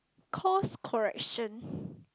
course correction